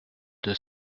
deux